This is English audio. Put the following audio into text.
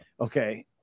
Okay